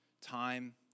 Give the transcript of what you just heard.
time